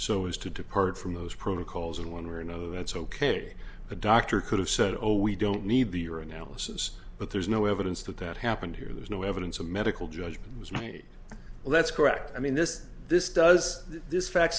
so as to depart from those protocols in one way or another that's ok the doctor could have said oh we don't need the er analysis but there's no evidence that that happened here there's no evidence of medical judgment was made let's correct i mean this this does this fact